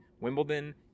Wimbledon